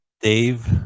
Dave